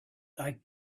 like